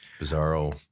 bizarro